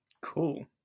Cool